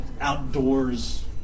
outdoors